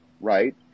right